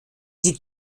sie